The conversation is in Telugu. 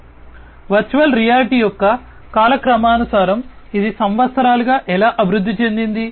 కాబట్టి వర్చువల్ రియాలిటీ యొక్క కాలక్రమానుసారం ఇది సంవత్సరాలుగా ఎలా అభివృద్ధి చెందింది